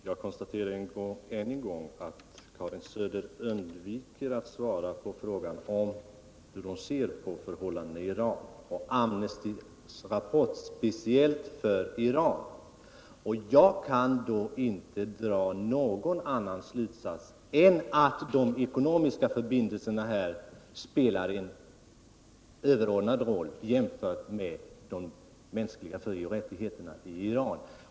Herr talman! Jag konstaterar än en gång att Karin Söder undviker att svara på frågan om hur hon ser på förhållandena i Iran och Amnestys rapport speciellt beträffande Iran. Jag kan inte dra någon annan slutsats än att de ekonomiska förbindelserna spelar en överordnad roll, jämfört med de mänskliga fri och rättigheterna i Iran.